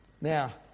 Now